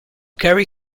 gary